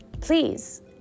please